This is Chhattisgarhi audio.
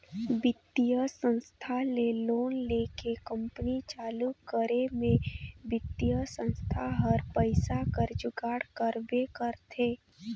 बित्तीय संस्था ले लोन लेके कंपनी चालू करे में बित्तीय संस्था हर पइसा कर जुगाड़ करबे करथे